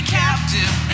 captive